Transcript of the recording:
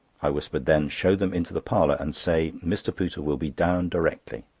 i whispered then show them into the parlour, and say mr. pooter will be down directly.